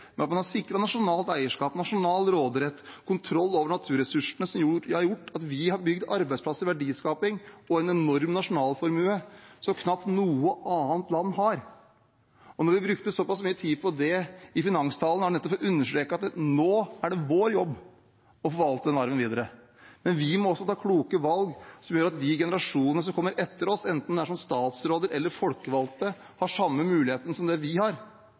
at vi har helt unike muligheter. Man har sikret nasjonalt eierskap, nasjonal råderett og kontroll over naturressursene, noe som har gjort at vi har bygd arbeidsplasser, sørget for verdiskaping og opparbeidet oss en enorm nasjonalformue som knapt noe annet land har. Når vi brukte såpass mye tid på det i finanstalen, var det nettopp for å understreke at nå er det vår jobb å forvalte den arven videre. Men vi må også ta kloke valg som gjør at de generasjonene som kommer etter oss, enten det er som statsråder eller som folkevalgte, har samme muligheten som